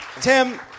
Tim